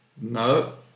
No